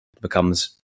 becomes